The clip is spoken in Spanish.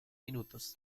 minutos